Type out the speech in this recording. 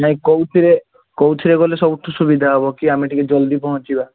ନାଇଁ କୋଉଥିରେ କୋଉଥିରେ ଗଲେ ସବୁଠୁ ସୁବିଧା ହବ କି ଆମେ ଟିକିଏ ଜଲ୍ଦି ପହଞ୍ଚିବା